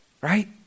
right